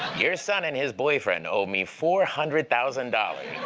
your son and his boyfriend owe me four hundred thousand dollars.